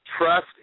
Trust